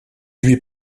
huit